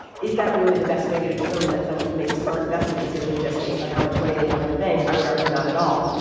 is that really the best way to determine that someone can make a smart investment decision just based on how much money they have in the bank? i would argue not at all.